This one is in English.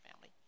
family